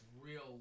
real